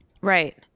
Right